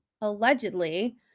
allegedly